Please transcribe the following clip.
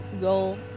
goal